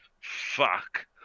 fuck